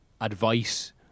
advice